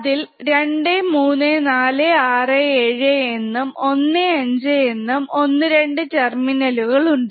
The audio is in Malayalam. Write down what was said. അതിൽ 23467 എന്നും 15 എന്നും ഒന്ന് രണ്ട് ടെർമിനലുകളും ഉണ്ട്